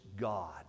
god